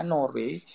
Norway